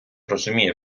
розуміє